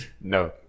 No